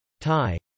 Thai